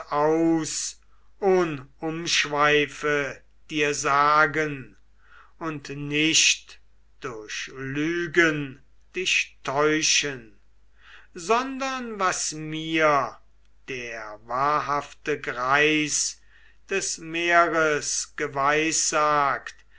ohn umschweife dir sagen und nicht durch lügen dich täuschen sondern was mir der wahrhafte greis des meeres geweissagt